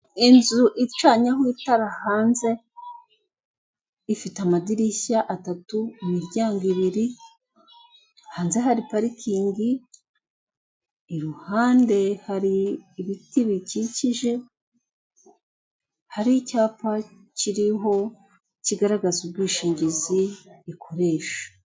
Inzu icanyeho itara hanze ifite amadirishya atatu, imiryango ibiri, hanze hari parikingi, i ruhande hari ibiti bikikije, hari icyapa kiriho kigaragaza ubwishingizi ikoresha.